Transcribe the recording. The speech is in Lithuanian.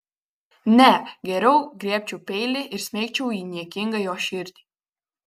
ne geriau griebčiau peilį ir smeigčiau į niekingą jo širdį